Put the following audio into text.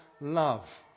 love